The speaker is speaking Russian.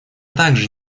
также